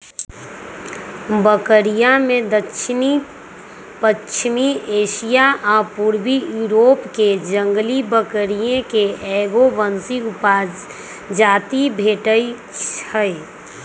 बकरिमें दक्षिणपश्चिमी एशिया आ पूर्वी यूरोपके जंगली बकरिये के एगो वंश उपजाति भेटइ हइ